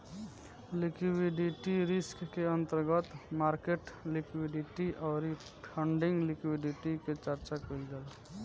liquidity risk के अंतर्गत market liquidity अउरी फंडिंग लिक्विडिटी के चर्चा कईल जाला